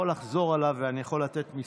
אני יכול לחזור עליו ואני יכול לתת מספרים.